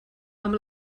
amb